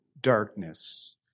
darkness